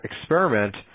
experiment